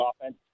offense